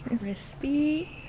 crispy